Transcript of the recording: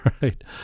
Right